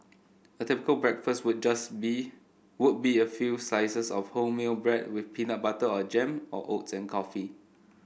a typical breakfast would just would be a few slices of wholemeal bread with peanut butter or jam or oats and coffee